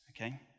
Okay